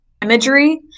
imagery